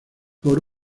por